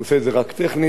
הוא עושה את זה רק טכנית,